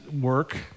work